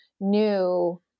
new